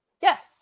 Yes